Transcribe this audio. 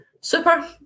Super